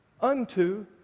unto